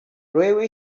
railway